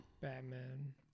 Batman